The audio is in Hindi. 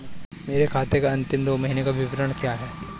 मेरे खाते का अंतिम दो महीने का विवरण क्या है?